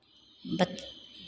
बच